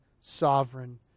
sovereign